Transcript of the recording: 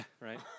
Right